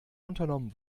unternommen